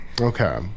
Okay